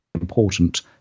important